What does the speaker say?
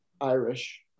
Irish